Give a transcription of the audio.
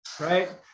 right